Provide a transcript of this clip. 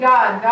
God